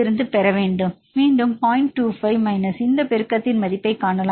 மீண்டும் O 25 இந்த பெருக்கத்தின் மதிப்பைக் காணலாம்